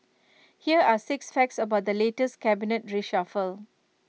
here are six facts about the latest cabinet reshuffle